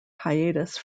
hiatus